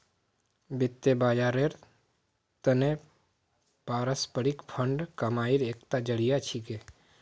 वित्त बाजारेर त न पारस्परिक फंड कमाईर एकता जरिया छिके